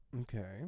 Okay